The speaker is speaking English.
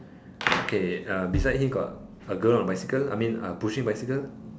okay uh beside him got a girl on bicycle I mean uh pushing bicycle